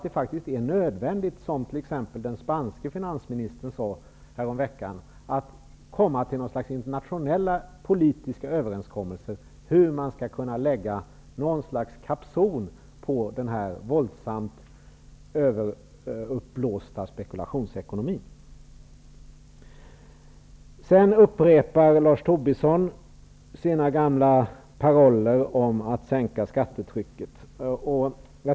Den spanske finansministern sade exempelvis häromveckan att det är nödvändigt att komma till internationella politiska överenskommelser för att lägga något slags kapson på den här våldsamt uppblåsta spekulationsekonomin. Håller Lars Tobisson med om det? Lars Tobisson upprepar sina gamla paroller om att sänka skattetrycket.